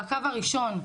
בקו הראשון.